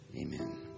Amen